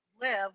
live